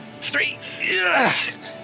three